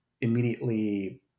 immediately